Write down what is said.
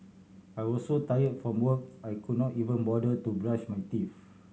I was so tired from work I could not even bother to brush my teeth